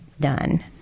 done